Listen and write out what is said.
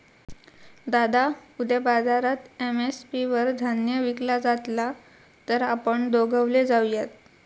दादा उद्या बाजारात एम.एस.पी वर धान्य विकला जातला तर आपण दोघवले जाऊयात